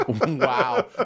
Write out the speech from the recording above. wow